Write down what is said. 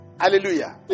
Hallelujah